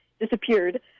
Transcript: disappeared